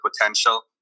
potential